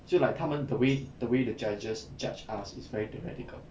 就 like 他们 the way the way the judges judge us is very theoretical